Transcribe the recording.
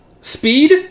speed